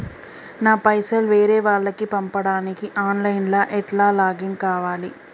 నా పైసల్ వేరే వాళ్లకి పంపడానికి ఆన్ లైన్ లా ఎట్ల లాగిన్ కావాలి?